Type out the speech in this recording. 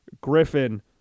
Griffin